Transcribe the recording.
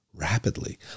rapidly